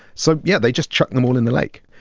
so, yeah, they just chuck them all in the lake.